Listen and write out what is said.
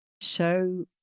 Show